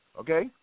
Okay